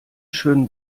schönen